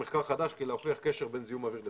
חדשים כדי להוכיח קשר בין זיהום אוויר לתחלואה.